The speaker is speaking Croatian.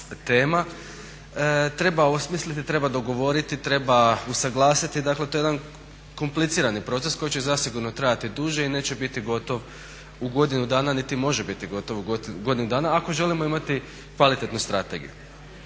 treba osmisliti, treba dogovoriti, treba usuglasiti. Dakle, to je jedan komplicirani proces koji će zasigurno trajati duže i neće biti gotov u godinu dana niti može biti gotov u godinu dana ako želimo imati kvalitetnu strategiju.